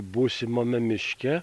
būsimame miške